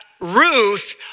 Ruth